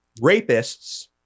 rapists